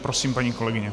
Prosím, paní kolegyně.